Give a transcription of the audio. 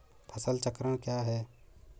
फसल चक्रण क्या है?